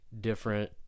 different